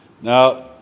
now